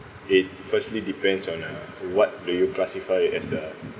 it firstly depends on uh what do you classify it as a